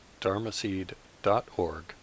dharmaseed.org